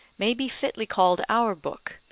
may be fitly called our book,